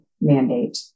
mandate